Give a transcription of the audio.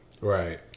Right